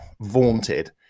vaunted